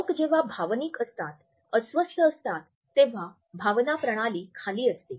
लोक जेव्हा भावनिक असतात अस्वस्थ असतात तेव्हा भावना प्रणाली खाली असते